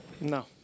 No